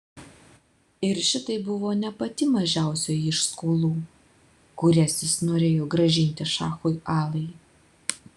ir šitai buvo ne pati mažiausioji iš skolų kurias jis norėjo grąžinti šachui alai